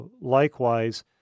likewise